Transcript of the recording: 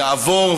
יעבור,